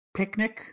picnic